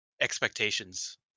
expectations